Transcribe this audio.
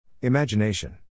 Imagination